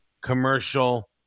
commercial